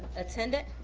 attended.